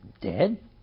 Dead